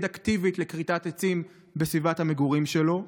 אקטיבית לכריתת עצים בסביבת המגורים שלו,